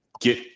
get